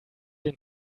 den